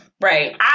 Right